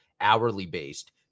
hourly-based